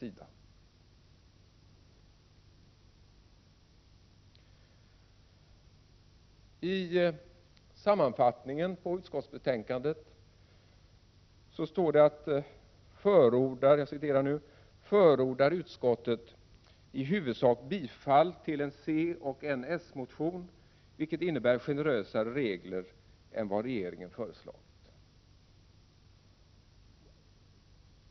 I sammanfattningen i utskottsbetänkandet står att utskottet förordar ”i huvudsak bifall till en coch en s-motion, vilket innebär generösare regler än vad regeringen föreslagit ——-”.